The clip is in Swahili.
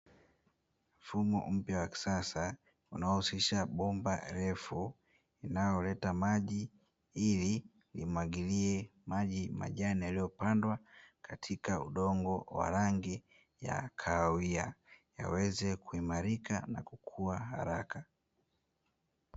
Mfumo mpya wa kisasa unahusisha bomba refu, unaoleta maji ili limwagilie maji majani, yaliyopandwa katika udongo wa rangi ya kahawia yaweze kuimarika na kukua haraka.